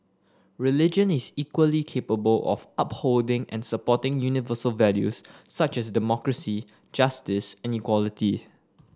religion is equally capable of upholding and supporting universal values such as democracy justice and equality